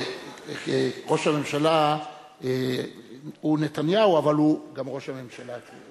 ראש הממשלה הוא נתניהו, אבל הוא גם ראש הממשלה.